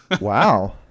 Wow